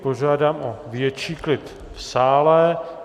Požádám o větší klid v sále.